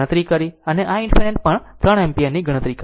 ગણતરી કરી અને i ∞ પણ 3 એમ્પીયર ની ગણતરી કરી